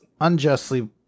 unjustly